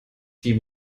die